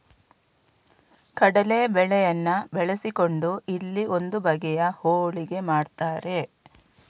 ಕಡಲೇ ಬೇಳೆಯನ್ನ ಬಳಸಿಕೊಂಡು ಇಲ್ಲಿ ಒಂದು ಬಗೆಯ ಹೋಳಿಗೆ ಮಾಡ್ತಾರೆ